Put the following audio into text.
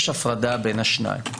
יש הפרדה בין השניים.